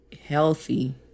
healthy